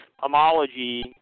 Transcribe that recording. homology